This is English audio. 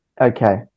Okay